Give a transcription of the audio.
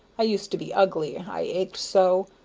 i used to be ugly, i ached so,